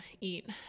eat